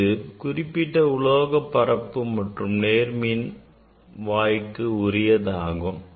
இது குறிப்பிட்ட உலோக பரப்பு மற்றும் நேர்மின்வாய்க்கு உரியதாகும்